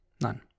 None